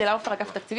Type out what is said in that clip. פרוגרמה.